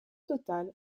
total